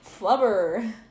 Flubber